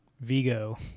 Vigo